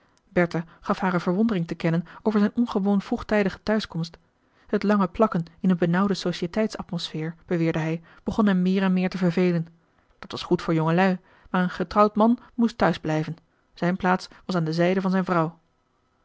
bertha gaf hare verwondering te kennen over zijn ongewoon vroegtijdige tehuiskomst het lange plakken in een benauwde societeits atmosfeer beweerde hij begon hem meer en meer te vervelen dat was goed voor jongelui maar een getrouwd man moest tehuis blijven zijn plaats was aan de zijde van zijn vrouw